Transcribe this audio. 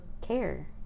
care